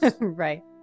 right